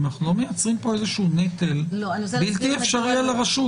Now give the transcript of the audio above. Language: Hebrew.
השאלה אם אנחנו לא מייצרים פה נטל בלתי אפשרי על הרשות.